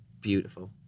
beautiful